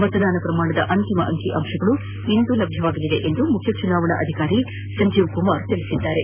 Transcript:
ಮತದಾನ ಪ್ರಮಾಣದ ಅಂತಿಮ ಅಂಕಿಅಂಶಗಳು ಇಂದು ದೊರಕಲಿದೆ ಎಂದು ಮುಖ್ಯ ಚುನಾವಣಾಧಿಕಾರಿ ಸಂಜೀವ್ ಕುಮಾರ್ ತಿಳಿಸಿದ್ದಾರೆ